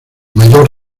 mayor